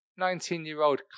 19-year-old